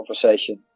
conversation